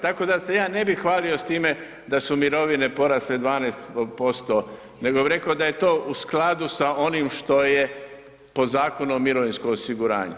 Tako da se ja ne bih hvalio s time da su mirovine porasle 12% nego bi rekao da je to u skladu sa onim što je po Zakonu o mirovinskom osiguranju.